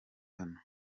hano